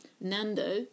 Nando